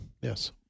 Yes